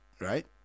right